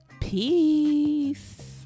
peace